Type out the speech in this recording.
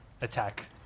attack